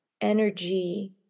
energy